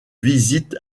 visites